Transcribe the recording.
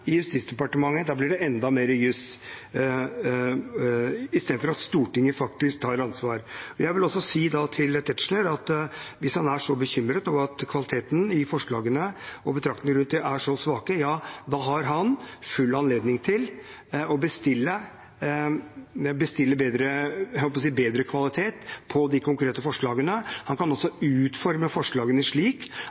i Justisdepartementet – da blir det enda mer juss, istedenfor at Stortinget faktisk tar ansvar. Jeg vil også si til Tetzschner at hvis han er så bekymret over at kvaliteten på forslagene og betraktningene rundt dem er så svak, har han full anledning til å bestille – jeg holdt på å si – bedre kvalitet på de konkrete forslagene. Han kan også utforme forslagene slik